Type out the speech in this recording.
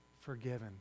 forgiven